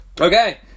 Okay